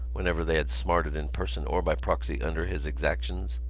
whenever they had smarted in person or by proxy under his exactions,